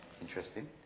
Interesting